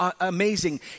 amazing